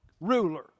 ruler